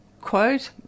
quote